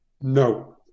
No